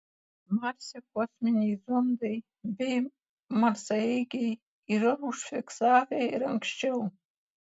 marse kosminiai zondai bei marsaeigiai yra užfiksavę ir anksčiau